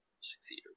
succeed